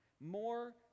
More